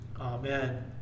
Amen